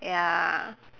ya